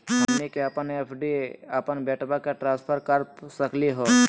हमनी के अपन एफ.डी अपन बेटवा क ट्रांसफर कर सकली हो?